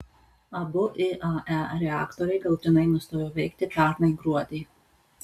abu iae reaktoriai galutinai nustojo veikti pernai gruodį